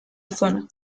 zona